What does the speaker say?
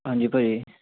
ਹਾਂਜੀ ਭਾਅ ਜੀ